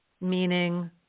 meaning